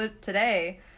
today